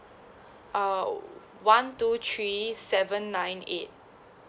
uh one two three seven nine eight